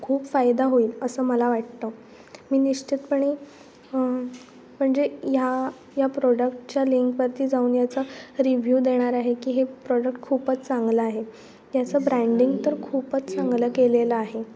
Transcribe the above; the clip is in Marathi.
खूप फायदा होईल असं मला वाटतं मी निश्चितपणे म्हणजे ह्या या प्रोडक्टच्या लिंकवरती जाऊन याचा रिव्ह्यू देणार आहे की हे प्रोडक्ट खूपच चांगलं आहे याचं ब्रँडिंग तर खूपच चांगलं केलेलं आहे